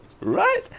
Right